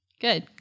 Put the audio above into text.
Good